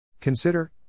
Consider